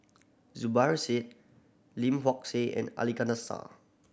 Zubir Said Lim Hock Siew and Ali Iskandar Shah